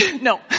No